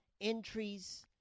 entries